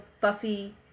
Buffy